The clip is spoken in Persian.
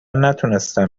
نتونستم